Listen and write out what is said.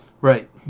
right